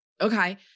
Okay